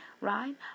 right